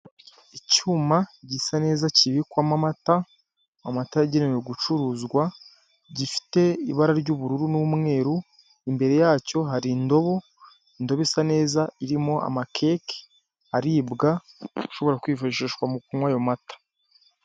Icyuma gisa neza kibikwamo amata, amata yagenewe gucuruzwa, gifite ibara ry'ubururu n'umweru. Imbere yacyo hari indobo, indobo isa neza irimo ama keke aribwa, ushobora kwifashishwa mu kunywa ayo mata.